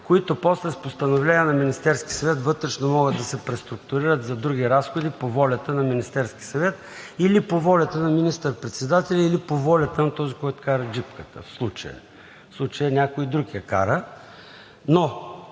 които после с постановления на Министерския съвет вътрешно могат да се преструктурират за други разходи по волята на Министерския съвет или по волята на министър-председателя, или по волята на този, който кара джипката в случая. В случая някой друг я кара. Но